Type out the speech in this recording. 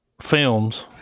films